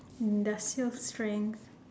industrial strength